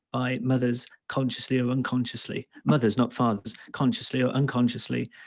by mothers, consciously or unconsciously, mothers not fathers, consciously or unconsciously,